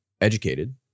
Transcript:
educated